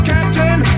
Captain